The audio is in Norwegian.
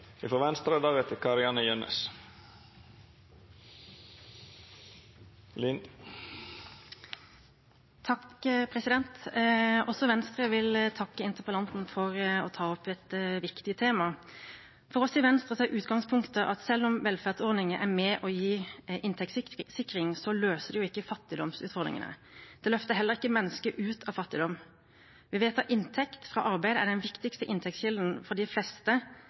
Også Venstre vil takke interpellanten for å ta opp dette viktige temaet. For oss i Venstre er utgangspunktet at selv om velferdsordninger er med på å gi inntektssikring, løser det ikke fattigdomsutfordringene. Det løfter heller ikke mennesket ut av fattigdom. Vi vet at inntekt fra arbeid er den viktigste inntektskilden for de fleste